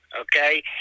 Okay